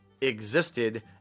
existed